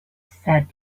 said